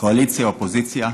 קואליציה, אופוזיציה,